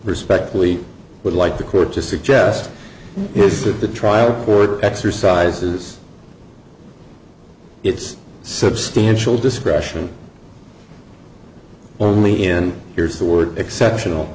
respectfully would like the court to suggest that the trial order exercises its substantial discretion only in here's the word exceptional